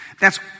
thats